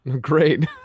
Great